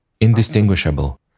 indistinguishable